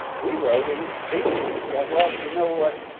we wrote in c yeah, well, you know, what,